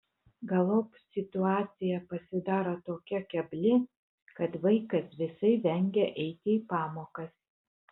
galop situacija pasidaro tokia kebli kad vaikas visai vengia eiti į pamokas